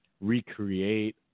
recreate